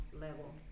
level